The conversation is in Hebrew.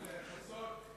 חבר הכנסת יואל חסון,